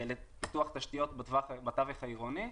לפיתוח תשתיות בתווך העירוני,